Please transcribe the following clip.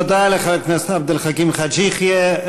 תודה לחבר הכנסת עבד אל חכים חאג' יחיא.